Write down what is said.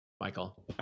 Michael